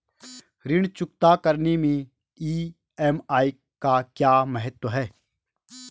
ऋण चुकता करने मैं ई.एम.आई का क्या महत्व है?